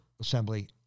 assembly